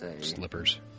slippers